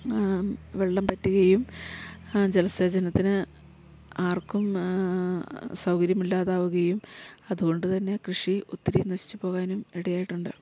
വെള്ളം വറ്റുകയും ജലസേചനത്തിന് ആർക്കും സൗകര്യമില്ലാതാകുകയും അതു കൊണ്ടു തന്നെ കൃഷി ഒത്തിരി നശിച്ചു പോകാനും ഇടയായിട്ടുണ്ട്